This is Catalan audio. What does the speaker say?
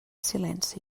silenci